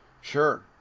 Sure